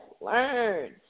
learn